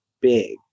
big